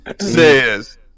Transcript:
says